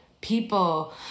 people